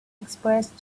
expressed